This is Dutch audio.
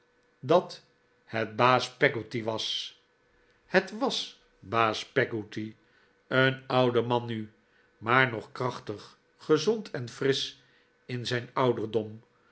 dat het baas peggotty was het was baas peggotty een oude man nu maar nog krachtig gezond en frisch in zijn ouderdom